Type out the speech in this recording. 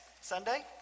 Sunday